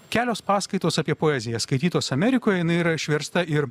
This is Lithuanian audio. kelios paskaitos apie poeziją skaitytos amerikoje jinai yra išversta ir